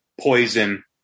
Poison